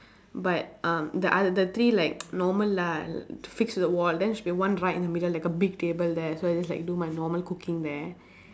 but uh the oth~ the three like normal lah fix the wall then should be one right in the middle like a big table there so I just like do my normal cooking there